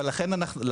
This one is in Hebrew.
אבל לכן אנחנו,